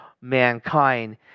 mankind